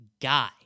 guy